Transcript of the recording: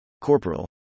Corporal